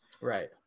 right